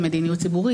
עם מדיניות ציבורית,